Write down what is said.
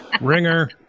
Ringer